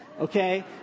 Okay